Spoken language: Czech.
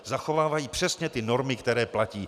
Zachovávají přesně ty normy, které platí.